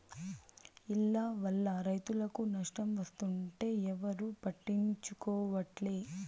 ఈల్ల వల్ల రైతులకు నష్టం వస్తుంటే ఎవరూ పట్టించుకోవట్లే